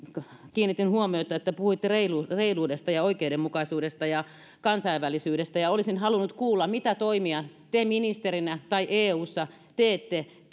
kiinnitin huomiota siihen että te puhuitte reiluudesta ja oikeudenmukaisuudesta ja kansainvälisyydestä ja olisin halunnut kuulla mitä toimia te ministerinä tai eussa teette